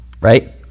Right